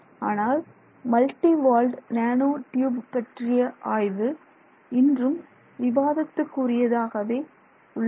ஆனால் multi walled nanotube பற்றிய ஆய்வு இன்றும் விவாதத்துக்கு உரியதாகவே உள்ளது